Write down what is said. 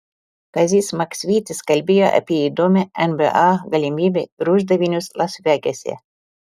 kazys maksvytis kalbėjo apie įdomią nba galimybę ir uždavinius las vegase